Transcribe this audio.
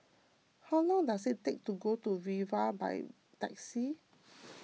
how long does it take to get to Viva by taxi